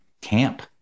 camp